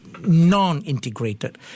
non-integrated